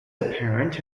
apparent